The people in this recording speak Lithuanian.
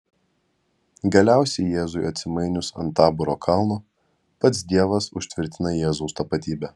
galiausiai jėzui atsimainius ant taboro kalno pats dievas užtvirtina jėzaus tapatybę